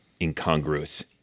incongruous